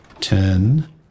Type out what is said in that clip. ten